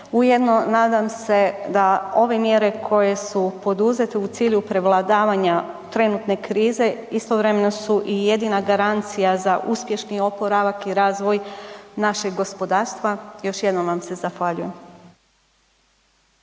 Ujedno nadam se da ove mjere koje su poduzete u cilju prevladavanja trenutne krize istovremeno su i jedina garancija za uspješni oporavak i razvoj našeg gospodarstva. Još jednom vam se zahvaljujem.